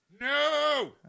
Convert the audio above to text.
no